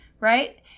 Right